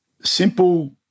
Simple